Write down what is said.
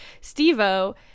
steve-o